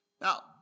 Now